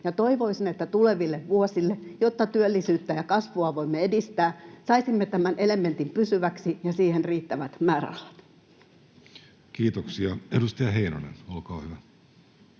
toivoisin, että tuleville vuosille, jotta työllisyyttä ja kasvua voimme edistää, saisimme tämän elementin pysyväksi ja siihen riittävät määrärahat. [Speech 5] Speaker: Jussi Halla-aho